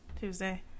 Tuesday